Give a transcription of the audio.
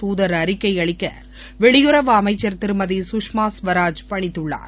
துதர் அறிக்கை அளிக்க வெளியுறவு அமைச்சர் திருமதி சுஷ்மா சுவராஜ் பணித்துள்ளார்